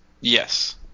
Yes